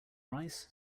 rice